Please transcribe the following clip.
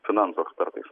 finansų ekspertais